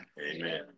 Amen